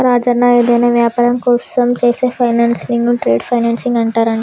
రాజన్న ఏదైనా వ్యాపారం కోసం చేసే ఫైనాన్సింగ్ ను ట్రేడ్ ఫైనాన్సింగ్ అంటారంట